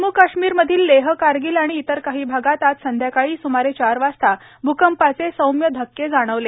जम्मू काश्मीर मधील लेह कारगील आणि इतर काही भागात आज संध्याकाळी सुमारे चार वाजता भूकंपाचे सौम्य धक्के जाणवले